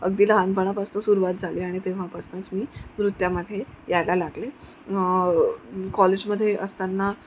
अगदी लहानपणापासून सुरूवात झाली आणि तेव्हापासूनच मी नृत्यामध्ये यायला लागले कॉलेजमध्ये असताना